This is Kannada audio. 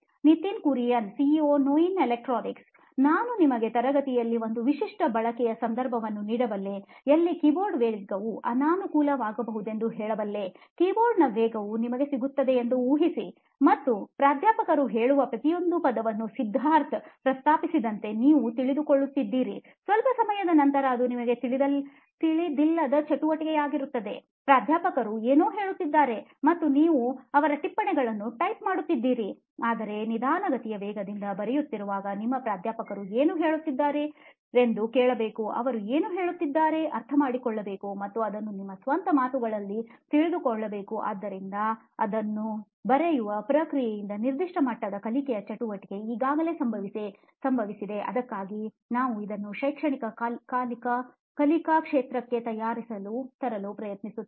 ನಿತಿನ್ ಕುರಿಯನ್ ಸಿಒಒ ನೋಯಿನ್ ಎಲೆಕ್ಟ್ರಾನಿಕ್ಸ್ ನಾನು ನಿಮಗೆ ತರಗತಿಯಲ್ಲಿ ಒಂದು ವಿಶಿಷ್ಟ ಬಳಕೆಯ ಸಂದರ್ಭವನ್ನು ನೀಡಬಲ್ಲೆ ಎಲ್ಲಿ ಕೀಬೋರ್ಡ್ ವೇಗವು ಅನಾನುಕೂಲವಾಗಬಹುದೆಂದು ಹೇಳಬಲ್ಲೆ ಕೀಬೋರ್ಡ್ನಲ್ಲಿನ ವೇಗವು ನಿಮಗೆ ಸಿಗುತ್ತಿದೆ ಎಂದು ಊಹಿಸಿಕೊಳ್ಳಿ ಮತ್ತು ಪ್ರಾಧ್ಯಾಪಕರು ಹೇಳುವ ಪ್ರತಿಯೊಂದು ಪದವನ್ನೂ ಸಿದ್ಧಾರ್ಥ್ ಪ್ರಸ್ತಾಪಿಸಿದಂತೆ ನೀವು ತೆಗೆದುಕೊಳ್ಳುತ್ತಿದ್ದೀರಿ ಸ್ವಲ್ಪ ಸಮಯದ ನಂತರ ಅದು ನಿಮಗೆ ತಿಳಿದಿಲ್ಲದ ಚಟುವಟಿಕೆಯಾಗುತ್ತದೆ ಪ್ರಾಧ್ಯಾಪಕರು ಏನೋ ಹೇಳುತ್ತಿದ್ದಾರೆ ಮತ್ತು ನೀವು ಅವರ ಟಿಪ್ಪಣಿಗಳನ್ನು ಟೈಪ್ ಮಾಡುತ್ತಿದ್ದೀರಿ ಆದರೆ ನಿಧಾನಗತಿಯ ವೇಗದಿಂದ ಬರೆಯುವಾಗ ನಿಮ್ಮ ಪ್ರಾಧ್ಯಾಪಕರು ಏನು ಹೇಳುತ್ತಾರೆಂದು ಕೇಳಬೇಕು ಅವರು ಏನು ಹೇಳುತ್ತಾರೆಂದು ಅರ್ಥಮಾಡಿಕೊಳ್ಳಬೇಕು ಮತ್ತು ಅದನ್ನು ನಿಮ್ಮ ಸ್ವಂತ ಮಾತುಗಳಲ್ಲಿ ತಿಳಿದುಕೊಳ್ಳಬೇಕು ಆದ್ದರಿಂದ ಅದನ್ನು ಬರೆಯುವ ಪ್ರಕ್ರಿಯೆಯಿಂದ ನಿರ್ದಿಷ್ಟ ಮಟ್ಟದ ಕಲಿಕೆಯ ಚಟುವಟಿಕೆ ಈಗಾಗಲೇ ಸಂಭವಿಸಿದೆ ಅದಕ್ಕಾಗಿಯೇ ನಾವು ಇದನ್ನು ಶೈಕ್ಷಣಿಕ ಕಲಿಕಾ ಕ್ಷೇತ್ರಕ್ಕೆ ತರಲು ಪ್ರಯತ್ನಿಸುತ್ತಿದ್ದೇವೆ